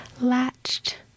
latched